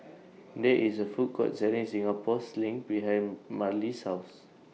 There IS A Food Court Selling Singapore Sling behind Merle's House